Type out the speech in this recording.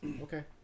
okay